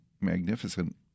magnificent